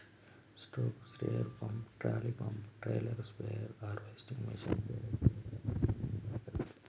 stroke sprayer pump, trolley pump, trailer spare, harvesting machine, పేడ spider ముక్యమైన పరికరాలు